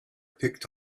picked